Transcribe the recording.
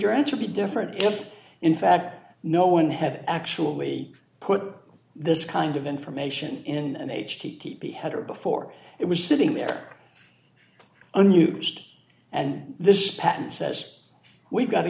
your answer be different if in fact no one had actually put this kind of information in an h t t p headers before it was sitting there unused and the patent says we've got